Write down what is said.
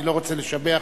אני לא רוצה לשבח